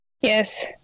Yes